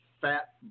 fat